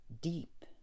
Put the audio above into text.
deep